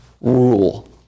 rule